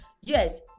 Yes